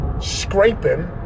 scraping